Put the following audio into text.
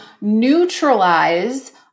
neutralize